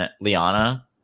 Liana